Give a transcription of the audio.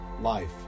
life